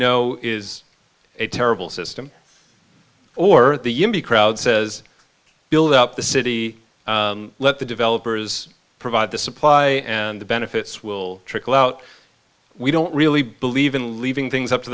know is a terrible system or the crowd says build up the city let the developers provide the supply and the benefits will trickle out we don't really believe in leaving things up to